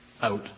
out